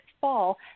fall